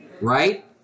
right